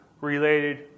related